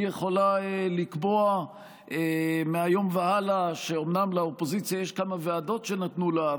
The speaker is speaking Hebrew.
היא יכולה לקבוע מהיום והלאה שאומנם לאופוזיציה יש כמה ועדות שנתנו לה,